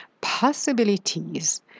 possibilities